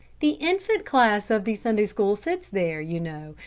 the infant class of the sunday-school sits there, you know,